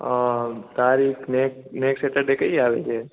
તરીખને next Saturday કઈ આવે છે